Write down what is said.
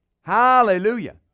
Hallelujah